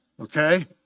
okay